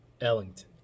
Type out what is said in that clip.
Ellington